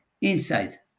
inside